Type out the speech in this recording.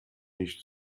nicht